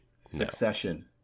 Succession